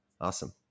Awesome